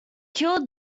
kill